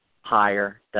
higher